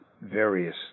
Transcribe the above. various